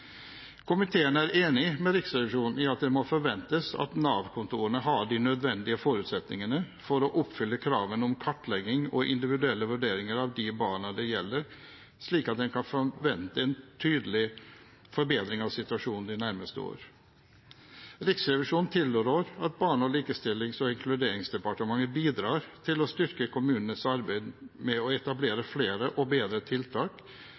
Komiteen er enig med Riksrevisjonen i at det må forventes at Nav-kontorene har de nødvendige forutsetningene for å oppfylle kravene om kartlegging og individuelle vurderinger av de barna det gjelder, slik at en kan forvente en tydelig forbedring av situasjonen de nærmeste årene. Riksrevisjonen tilrår at Barne-, likestillings- og inkluderingsdepartementet bidrar til å styrke kommunenes arbeid med å etablere flere og bedre tiltak